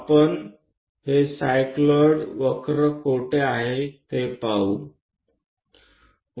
આપણે ક્યાં આ સાયક્લોઈડ જોઈએ છીએ સૌપ્રથમ આપણે તે પૂછીશું